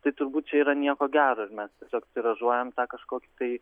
tai turbūt čia yra nieko gero ir mes tiesiog tiražuojam tą kažkokį tai